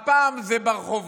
הפעם זה ברחובות.